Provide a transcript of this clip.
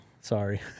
Sorry